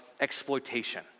exploitation